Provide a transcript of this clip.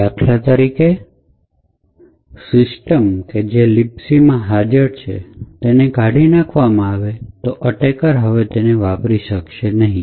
દાખલા તરીકે જો system તે જે libc માં હાજર છે તેને કાઢી નાખવામાં આવે તો એટેકર તેને હવે વાપરી શકશો નહીં